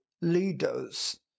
leaders